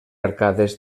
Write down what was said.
arcades